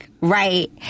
Right